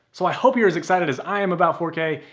so i hope you're as excited as i am about four k.